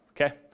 okay